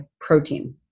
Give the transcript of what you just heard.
protein